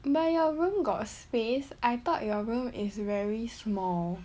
but your room got space I thought your room is very small